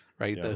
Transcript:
right